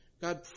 God